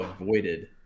avoided